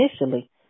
initially